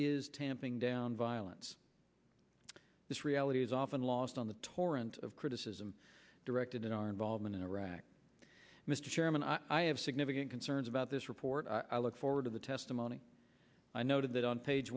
is tamping down violence this reality is often lost on the torrent of criticism directed at our involvement in iraq mr chairman i have significant concerns about this report i look forward to the testimony i noted that on page